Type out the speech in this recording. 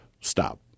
stop